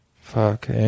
Fuck